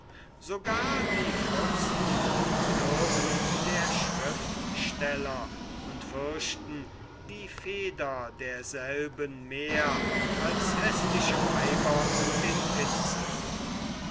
sogar die fürsten bedürfen der schriftsteller und fürchten die feder derselben mehr als häßliche weiber den pinsel